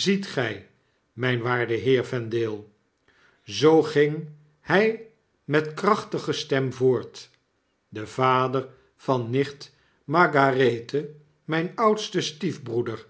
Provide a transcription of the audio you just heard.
ziet gy myn waarde heer vendale zoo ging hy met krachtige stem voort de vader van nicht margarethe myn oudste stief broeder